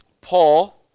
Paul